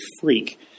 freak